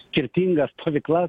skirtingas stovyklas